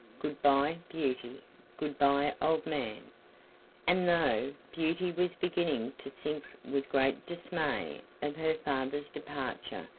good-by, beauty good-by, old man and though beauty was beginning to think with great dismay of her father's departure,